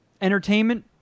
entertainment